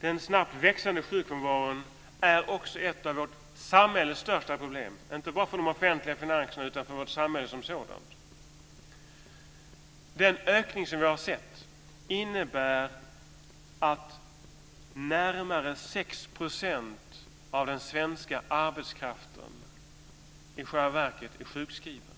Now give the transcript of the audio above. Den snabbt växande sjukfrånvaron är också ett av vårt samhälles största problem, inte bara för de offentliga finanserna utan för vårt samhälle som sådant. Den ökning som vi har sett innebär att närmare 6 % av den svenska arbetskraften i själva verket är sjukskriven.